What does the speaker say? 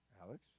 Alex